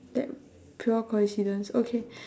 that pure coincidence okay